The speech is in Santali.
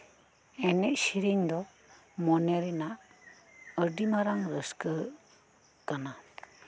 ᱮᱱᱮᱡ ᱥᱮᱹᱨᱮᱹᱧ ᱫᱚ ᱢᱚᱱᱮᱨᱮᱱᱟᱜ ᱟᱹᱰᱤ ᱢᱟᱨᱟᱝ ᱨᱟᱹᱥᱠᱟᱹ ᱠᱟᱱᱟ